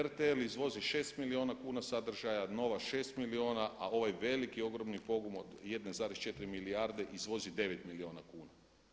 RTL izvozi 6 milijuna kuna sadržaja, NOV@ 6 milijuna a ovaj veliki ogromni … od 1,4 milijarde izvozi 9 milijuna kuna.